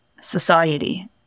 society